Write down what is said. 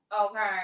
okay